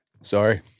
Sorry